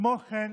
כמו כן,